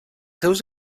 seus